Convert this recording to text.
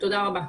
תודה רבה.